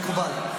מקובל.